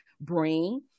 bring